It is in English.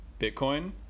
Bitcoin